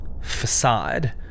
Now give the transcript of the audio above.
facade